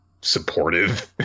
supportive